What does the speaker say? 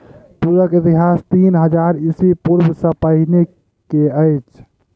तूरक इतिहास तीन हजार ईस्वी पूर्व सॅ पहिने के अछि